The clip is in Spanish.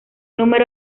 número